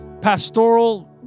pastoral